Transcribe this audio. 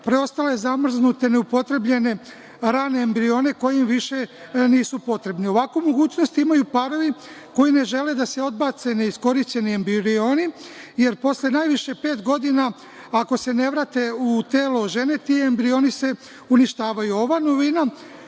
preostale zamrznute neupotrebljene rane embrione koji im više nisu potrebni. Ovakvu mogućnost imaju parovi koji ne žele da se odbace neiskorišćeni embrioni, jer posle najviše pet godina, ako se ne vrate u telo žene, ti embrioni se uništavaju. Ova novina